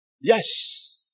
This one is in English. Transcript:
Yes